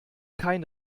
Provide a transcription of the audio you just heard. kein